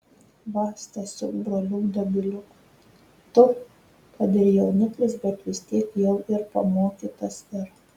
va stasiuk broliuk dobiliuk tu kad ir jauniklis bet vis tiek jau ir pamokytas ir